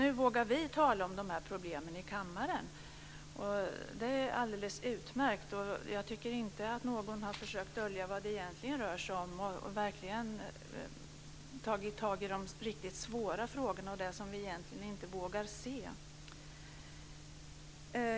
Nu vågar vi tala om dessa problem här i kammaren. Det är alldeles utmärkt. Jag tycker inte att någon har försökt att dölja vad det egentligen rör sig om, utan vi har verkligen tagit tag i de riktigt svåra frågorna och det som vi egentligen inte vågar se.